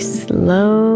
slow